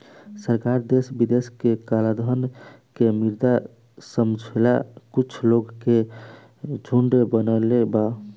सरकार देश विदेश के कलाधन के मुद्दा समझेला कुछ लोग के झुंड बनईले बा